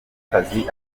akazi